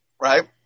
right